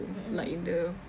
mm mm mm